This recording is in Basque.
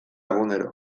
egunero